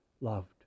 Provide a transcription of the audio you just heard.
loved